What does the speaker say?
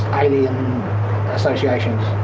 alien associations.